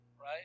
right